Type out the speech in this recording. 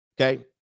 okay